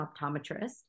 optometrist